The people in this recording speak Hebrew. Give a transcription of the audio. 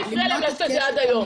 מה הפריע להם לעשות את זה עד היום?